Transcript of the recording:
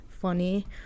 funny